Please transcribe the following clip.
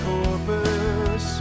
Corpus